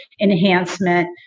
enhancement